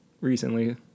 recently